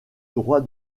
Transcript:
droit